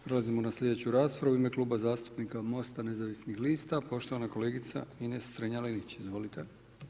Prelazimo na slijedeću, u ime Kluba zastupnika MOST-a nezavisnih lista, poštovana kolegica Ines Strenja-Linić, izvolite.